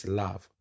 love